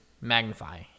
magnify